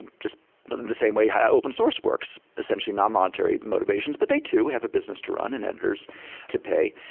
just but and the say way yeah open source works. essentially, non-monetary motivations, but they too have a business to run and editors to pay.